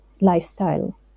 lifestyle